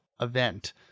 event